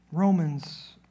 Romans